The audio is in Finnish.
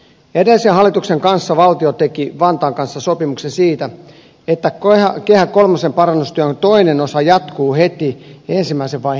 edellisen hallituksen aikana valtio teki vantaan kanssa sopimuksen siitä että kehä kolmosen parannustyön toinen osa jatkuu heti ensimmäisen vaiheen jälkeen